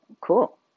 Cool